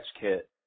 kit